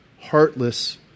heartless